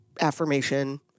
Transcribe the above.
affirmation